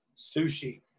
Sushi